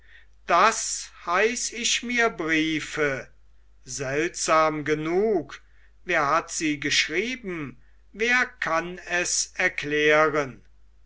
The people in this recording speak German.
das heiß ich mir briefe seltsam genug wer hat sie geschrieben wer kann es erklären